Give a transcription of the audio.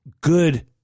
good